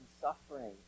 suffering